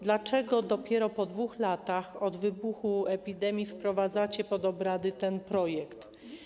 Dlaczego dopiero po 2 latach od wybuchu epidemii wprowadzacie pod obrady ten projekt?